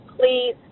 please